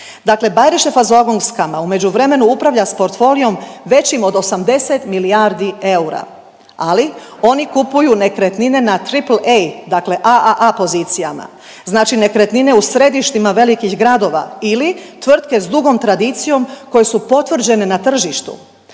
se ne razumije./... u međuvremenu upravlja s portfolijom većim od 80 milijardi eura, ali oni kupuju nekretnine na Triple A, dakle AAA pozicijama, znači nekretnine u središtima velikih gradova ili tvrtke s drugom tradicijom koje su potvrđene na tržištu.